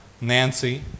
Nancy